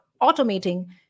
automating